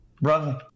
Brother